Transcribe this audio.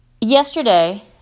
yesterday